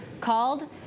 called